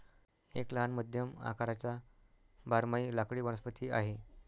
एक लहान मध्यम आकाराचा बारमाही लाकडी वनस्पती आहे